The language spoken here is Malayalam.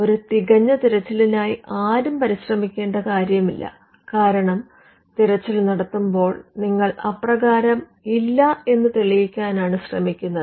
ഒരു തികഞ്ഞ തിരച്ചിലിനായി ആരും പരിശ്രമിക്കേണ്ട കാര്യമില്ല കാരണം തിരച്ചിൽ നടത്തുമ്പോൾ നിങ്ങൾ അപ്രകാരം ഇല്ല എന്ന് തെളിയിക്കാനാണ് ശ്രമിക്കുന്നത്